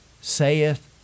saith